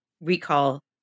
recall